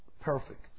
perfect